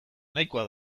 nahikoa